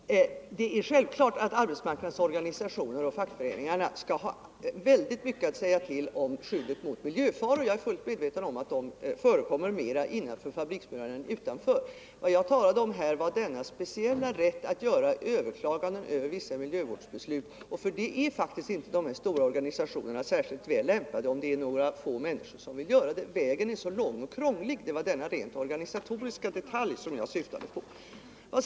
Nr 130 Herr talman! Det är självklart att arbetsmarknadens organisationer och Torsdagen den fackföreningarna skall ha mycket att säga till om när det gäller skyddet 28 november 1974 mot miljöfaror. Jag är fullt medveten om att de farorna förekommer mera innanför fabriksmurarna än utanför. Vad jag talade om här var — Miljövårdspolitiden speciella rätten att överklaga vissa miljövårdsbeslut. De stora or — ken, m.m. ganisationerna är faktiskt inte särskilt väl lämpade för detta om det är några få personer som vill göra det. Vägen är så lång och krånglig. Det var denna rent organisatoriska detalj som jag syftade på.